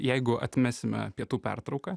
jeigu atmesime pietų pertrauką